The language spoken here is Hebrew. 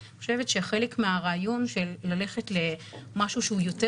אני חושבת שחלק מהרעיון של ללכת למשהו שהוא יותר